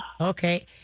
Okay